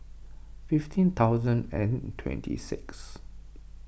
fifteen thousand and twenty six